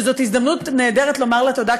וזאת הזדמנות נהדרת לומר לה תודה,